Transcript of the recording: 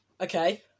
Okay